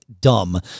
dumb